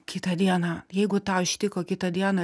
kitą dieną jeigu tau ištiko kitą dieną